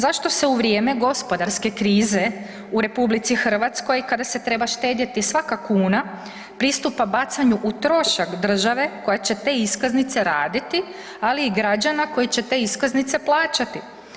Zašto se u vrijeme gospodarske krize u RH kada se treba štedjeti svaka kuna pristupa bacanju u trošak države koja će te iskaznice raditi, ali i građana koji će te iskaznice plaćati.